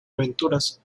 aventuras